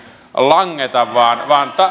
langeta